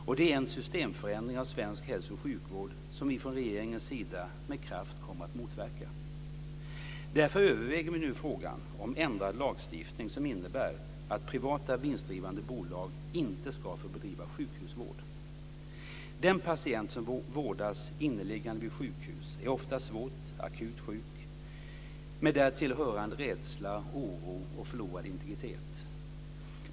Och det är en systemförändring av svensk hälso och sjukvård som vi från regeringens sida med kraft kommer att motverka. Därför överväger vi nu frågan om ändrad lagstiftning som innebär att privata vinstdrivande bolag inte ska få bedriva sjukhusvård. Den patient som vårdas inneliggande vid sjukhus är ofta svårt akut sjuk, med därtill hörande rädsla, oro och förlorad integritet.